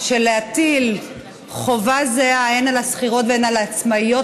של להטיל חובה זהה הן על השכירות והן על העצמאיות,